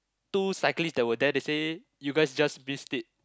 two cyclists that were there they said you guys just missed it